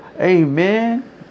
Amen